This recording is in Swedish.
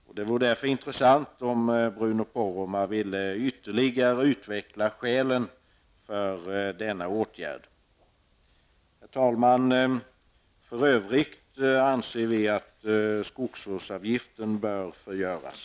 Därför vore det av intresse om Bruno Poromaa ville utveckla skälen för denna åtgärd ytterligare. Herr talman! För övrigt anser vi att skogsvårdsavgiften bör förgöras.